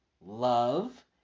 Love